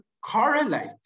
correlate